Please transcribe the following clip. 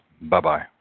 Bye-bye